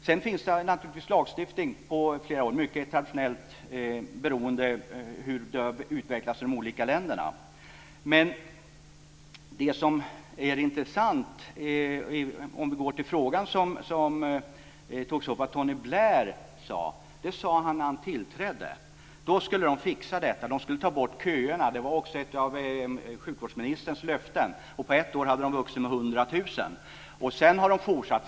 Sedan finns det naturligtvis lagstiftning på flera håll, mycket beroende på utvecklingen i de olika länderna. Men det som är intressant, om vi går till frågan som togs upp, är att Tony Blair sade det här när han tillträdde. Då skulle man fixa detta. Man skulle ta bort köerna. Det var också ett av sjukvårdsministerns löften. På ett år hade de vuxit med 100 000 personer, och sedan har det fortsatt.